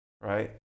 right